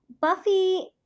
Buffy